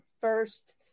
first